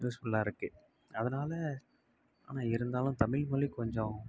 யூஸ்ஃபுல்லாக இருக்குது அதனால ஆமாம் இருந்தாலும் தமிழ் மொழி கொஞ்சம்